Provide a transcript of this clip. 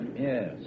Yes